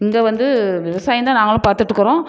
இங்கே வந்து விவசாயம்தான் நாங்களும் பார்த்துட்டுக்குறோம்